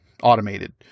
Automated